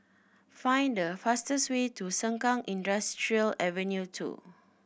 find the fastest way to Sengkang Industrial Avenue Two